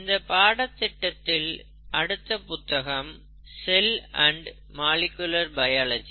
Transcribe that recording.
இந்த பாடத்திட்டத்தில் அடுத்த புத்தகம் செல் அண்ட் மாலிகுலர் பயாலஜி